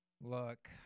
Look